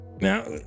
Now